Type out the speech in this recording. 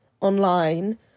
online